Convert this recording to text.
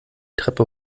treppe